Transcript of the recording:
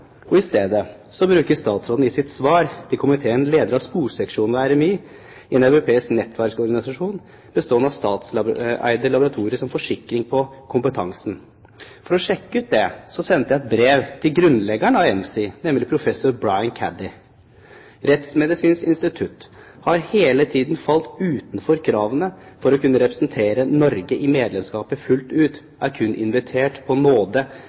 I stedet bruker statsråden i sitt svar til komiteen lederen av sporseksjonen ved RMI sin deltakelse i en europeisk nettverksorganisasjon, bestående av statseide laboratorier, som en forsikring om kompetansen. For å sjekke ut dette sendte jeg et brev til grunnleggeren av ENFSI, nemlig professor Brian Caddy. Rettsmedisinsk institutt har hele tiden falt utenfor kravene for å kunne representere Norge i medlemskapet fullt ut, og er bare invitert på